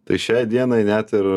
tai šiai dienai net ir